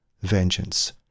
vengeance